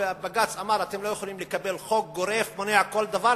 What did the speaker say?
בג"ץ אמר: אתם לא יכולים לקבל חוק גורף מונע כל דבר,